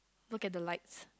look at the lights